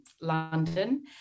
London